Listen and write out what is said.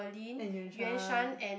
and Yun-Shuan